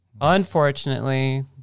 Unfortunately